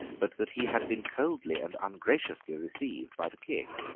but that he had been coldly and ungraciously received by the king.